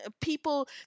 people